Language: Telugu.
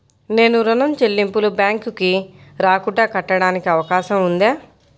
నేను ఋణం చెల్లింపులు బ్యాంకుకి రాకుండా కట్టడానికి అవకాశం ఉందా?